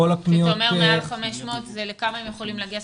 כשאתה אומר מעל 500, לכמה הם יכולים להגיע?